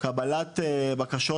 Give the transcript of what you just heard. קבלת בקשות